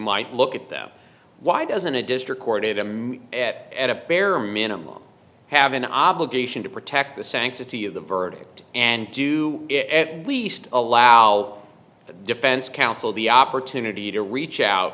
might look at them why doesn't a district court date him at at a bare minimum have an obligation to protect the sanctity of the verdict and do it at least allow the defense counsel the opportunity to reach out